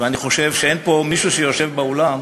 ואני חושב שאין פה מישהו שיושב באולם